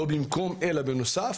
לא במקום אלא בנוסף.